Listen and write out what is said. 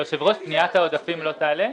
אדוני היושב-ראש, פניית העודפים לא תעלה?